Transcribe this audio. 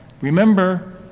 remember